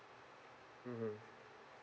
mmhmm